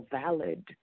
valid